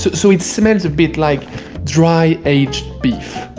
so it smells a bit like dry aged beef.